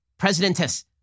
presidentess